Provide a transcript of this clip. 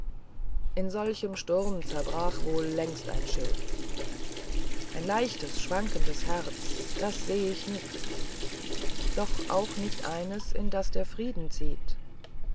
in solchem sturm zerbrach wohl längst ein schilf ein leichtes schwankendes herz das seh ich nicht doch auch nicht eins in das der frieden zieht